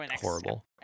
horrible